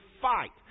fight